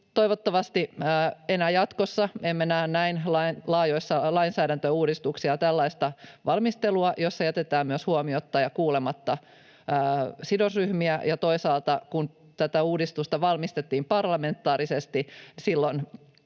Toivottavasti enää jatkossa emme näe näin laajoissa lainsäädäntöuudistuksissa tällaista valmistelua, jossa jätetään myös huomiotta ja kuulematta sidosryhmiä, ja toisaalta kun tätä uudistusta valmisteltiin parlamentaarisesti,